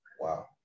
Wow